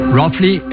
roughly